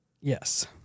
Yes